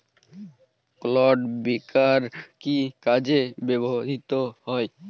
Clod breaker কি কাজে ব্যবহৃত হয়?